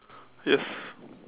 yes